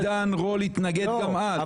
עידן רול התנגד גם אז.